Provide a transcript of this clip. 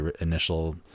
initial